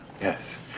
Yes